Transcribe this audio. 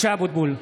(קורא בשמות חברי הכנסת) משה אבוטבול,